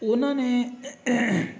ਉਹਨਾਂ ਨੇ